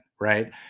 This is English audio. right